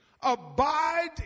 Abide